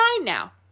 now